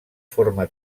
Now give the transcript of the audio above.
forma